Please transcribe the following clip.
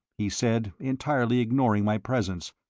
he said, entirely ignoring my presence,